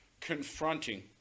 confronting